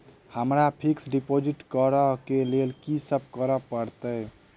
हमरा fix deposit करऽ केँ लेल की सब करऽ पड़त?